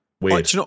Weird